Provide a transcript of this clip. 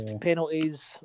penalties